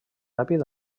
ràpid